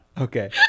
Okay